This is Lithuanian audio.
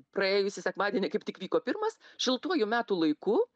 praėjusį sekmadienį kaip tik vyko pirmas šiltuoju metų laiku